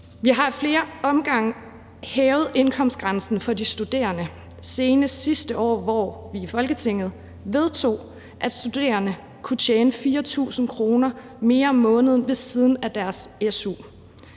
Vi har ad flere omgange hævet indkomstgrænsen for de studerende, senest sidste år, hvor vi i Folketinget vedtog, at studerende kunne tjene 4.000 kr. mere om måneden ved siden af deres su.